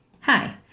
Hi